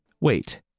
wait